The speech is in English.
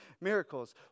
miracles